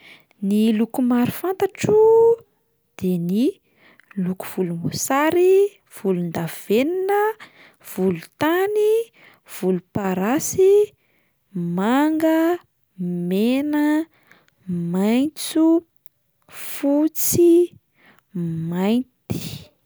Ny loko maro fantatro de ny: loko volomboasary, volondavenona, volontany, volomparasy, manga, mena, maitso, fotsy, mainty.